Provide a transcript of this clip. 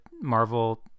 Marvel